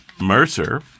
Mercer